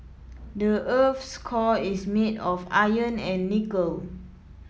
the earth's core is made of iron and nickel